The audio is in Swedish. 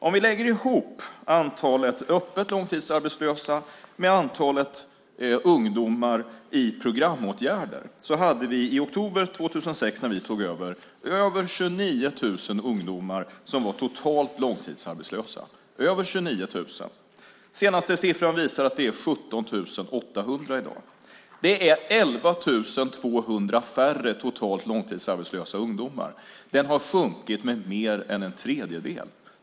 Om vi lägger ihop antalet öppet långtidsarbetslösa med antalet ungdomar i programåtgärder hade vi i oktober 2006 när vi tog över mer än 29 000 ungdomar som var långtidsarbetslösa. Den senaste siffran visar att det är 17 800 i dag. Det är 11 200 färre långtidsarbetslösa ungdomar. Långtidsarbetslösheten bland ungdomar har sjunkit med mer än en tredjedel.